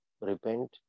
repent